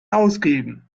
ausgeben